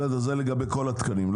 זה לגבי כל התקנים.